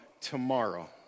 tomorrow